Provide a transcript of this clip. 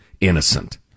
innocent